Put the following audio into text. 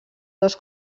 dos